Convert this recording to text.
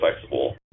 flexible